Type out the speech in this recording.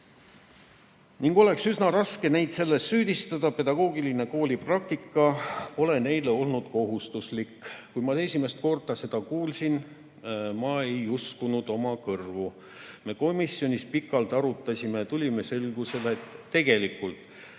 ole. Oleks üsna raske neid inimesi selles süüdistada. Pedagoogiline koolipraktika pole neil olnud kohustuslik. Kui ma esimest korda seda kuulsin, ma ei uskunud oma kõrvu. Me komisjonis pikalt arutasime, tulime selgusele, et tegelikult